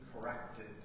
corrected